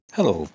Hello